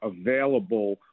available